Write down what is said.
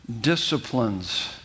disciplines